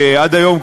שעד היום,